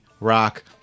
Rock